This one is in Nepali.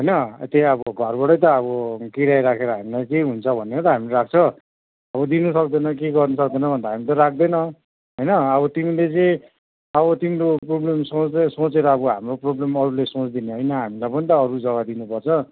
होइन यतै अब घरबाटै त अब किराया राखेर हामीलाई केही हुन्छ भनेर त हामीले राख्छ अब दिनुसक्दैनौँ के गर्नसक्दैनौँ भने त हामी त राख्दैन होइन अब तिमीले चाहिँ अब तिम्रो प्रब्लम सोचेर सोचेर हाम्रो प्रब्लम अरूले सोचिदिने होइन हामीलाई पनि त अरू जग्गा दिनुपर्छ